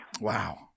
Wow